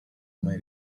mai